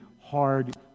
hard